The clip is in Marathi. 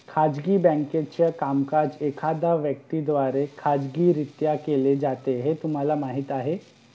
खाजगी बँकेचे कामकाज एखाद्या व्यक्ती द्वारे खाजगीरित्या केले जाते हे तुम्हाला माहीत आहे